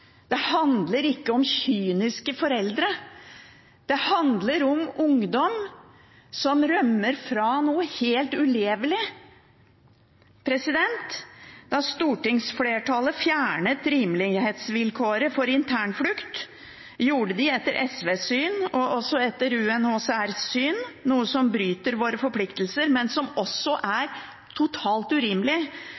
Det handler ikke om kyniske foreldre. Det handler om ungdom som rømmer fra noe helt ulevelig. Da stortingsflertallet fjernet rimelighetsvilkåret for internflukt, gjorde de etter SVs syn og også etter UNHCRs syn noe som bryter med våre forpliktelser, men som også er